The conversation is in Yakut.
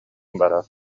барар